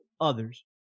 others